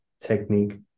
technique